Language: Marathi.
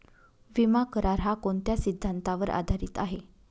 विमा करार, हा कोणत्या सिद्धांतावर आधारीत आहे?